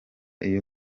iyo